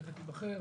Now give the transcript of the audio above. תכף יבחר,